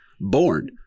born